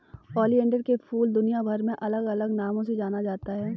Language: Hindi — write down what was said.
ओलियंडर के फूल दुनियाभर में अलग अलग नामों से जाना जाता है